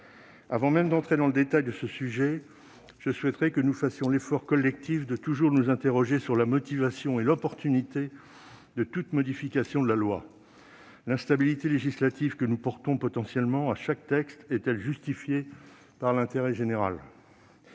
Avant même d'entrer dans le détail de ce sujet, je souhaiterais que nous fassions l'effort collectif de toujours nous interroger sur la motivation et l'opportunité de toute modification de la loi. L'instabilité législative que nous portons potentiellement, à chaque texte, est-elle justifiée par l'intérêt général ?